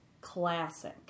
classic